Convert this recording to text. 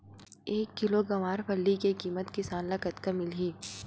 एक किलोग्राम गवारफली के किमत किसान ल कतका मिलही?